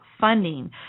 funding